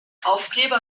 aufkleber